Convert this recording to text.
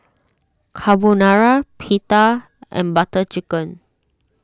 Carbonara Pita and Butter Chicken